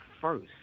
first